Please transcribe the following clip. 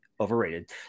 overrated